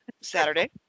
saturday